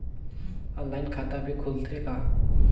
Online खाता भी खुलथे का?